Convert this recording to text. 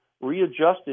readjusting